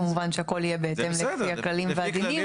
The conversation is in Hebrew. כמובן שהכל יהיה בהתאם לפי הכללים והדינים.